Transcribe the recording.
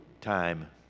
time